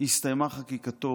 הסתיימה חקיקתו,